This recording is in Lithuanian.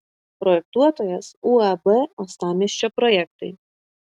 projektuotojas uab uostamiesčio projektai